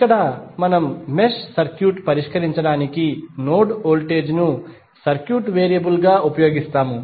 ఇక్కడ మనం సర్క్యూట్ పరిష్కరించడానికి నోడ్ వోల్టేజ్ ను సర్క్యూట్ వేరియబుల్ గా ఉపయోగిస్తాము